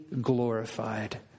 glorified